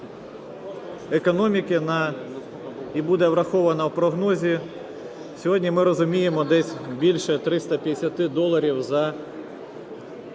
економіки і буде врахована в прогнозі, сьогодні ми розуміємо десь більше 350 доларів за